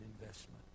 investment